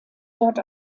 dort